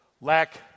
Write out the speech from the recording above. lack